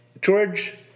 George